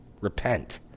repent